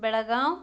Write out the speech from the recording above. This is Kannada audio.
ಬೆಳಗಾವಿ